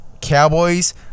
Cowboys